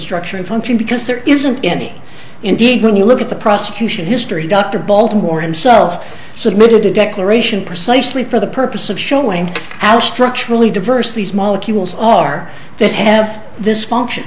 structure and function because there isn't any indeed when you look at the prosecution history dr baltimore himself submitted a declaration precisely for the purpose of showing how structurally diverse these molecules are that have this function